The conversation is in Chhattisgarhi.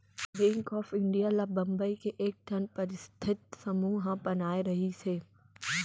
बेंक ऑफ इंडिया ल बंबई के एकठन परस्ठित समूह ह बनाए रिहिस हे